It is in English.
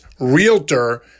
realtor